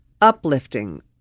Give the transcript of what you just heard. Uplifting